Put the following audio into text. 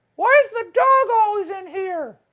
why is the dog always in here?